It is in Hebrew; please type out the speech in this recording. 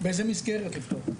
באיזה מסגרת לפתוח?